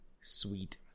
Sweet